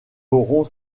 auront